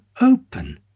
open